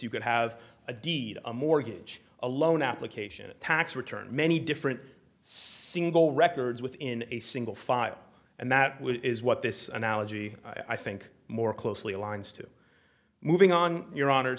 you could have a deed a mortgage a loan application a tax return many different single records within a single file and that would is what this analogy i think more closely aligned to moving on your hon